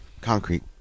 Concrete